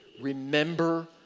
remember